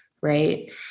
Right